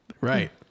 Right